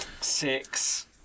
six